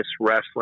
wrestling